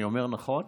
אני אומר נכון?